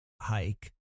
hike